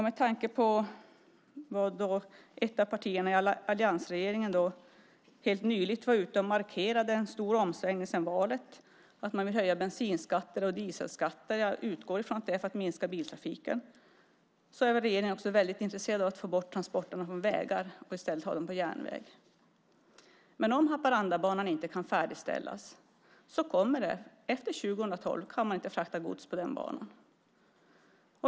Med tanke på att ett av partierna i alliansregeringen helt nyligen var ute och markerade en stor omsvängning sedan valet, att man vill höja bensinskatter och dieselskatter - jag utgår från att det är för att minska biltrafiken - är väl regeringen också väldigt intresserad av att få bort transporterna från vägar och i stället föra över dem på järnväg. Men om Haparandabanan inte kan färdigställas kan man inte efter 2012 frakta gods på den banan.